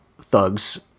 thugs